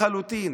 לחלוטין.